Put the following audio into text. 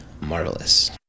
Marvelous